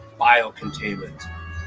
biocontainment